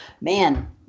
man